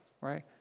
right